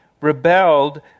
rebelled